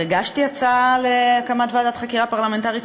הצעה להקמת ועדת חקירה פרלמנטרית,